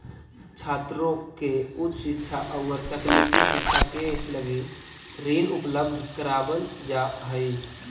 छात्रों के उच्च शिक्षा औउर तकनीकी शिक्षा के लगी ऋण उपलब्ध करावल जाऽ हई